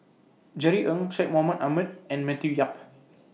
Jerry Ng Syed Mohamed Ahmed and Matthew Yap